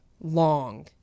long